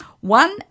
one